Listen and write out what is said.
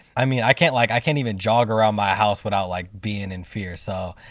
i mean, i can't like i can't even jog around my house without like being in fear. so,